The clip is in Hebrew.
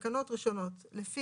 תקנות ראשונות 2. תקנות ראשונות לפי